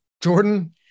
Jordan